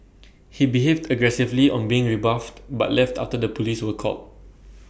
he behaved aggressively on being rebuffed but left after the polices were called